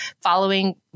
following